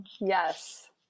yes